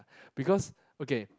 because okay